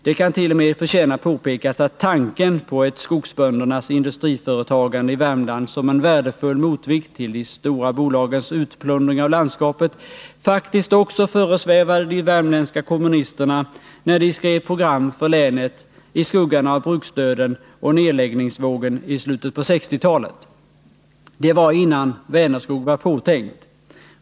Det kan t.o.m. förtjäna påpekas att tanken på ett skogsböndernas industriföretagande i Värmland som en värdefull motvikt till de stora bolagens utplundring av landskapet faktiskt också föresvävade de värmländska kommunisterna, när de skrev program för länet i skuggan av bruksdöden och nedläggningsvågen i slutet av 1960-talet. Det var innan Vänerskog var påtänkt.